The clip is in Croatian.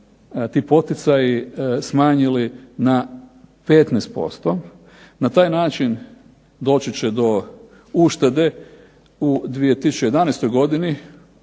ti poticaji smanjili na 15%. Na taj način doći će do uštede u 2011. godini,